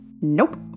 Nope